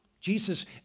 Jesus